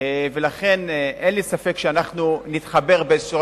אין לי ספק שאנחנו נתחבר בשלב כלשהו.